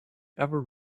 ever